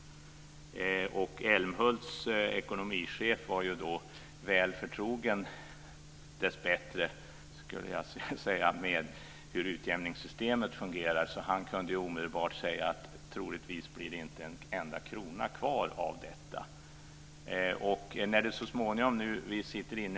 Älmhults ekonomichef var dessbättre väl förtrogen med hur utjämningssystemet fungerade, så han sade omedelbart: Troligtvis blir det inte en enda krona kvar av dessa pengar.